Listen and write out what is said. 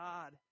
God